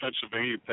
Pennsylvania